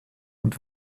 und